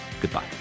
Goodbye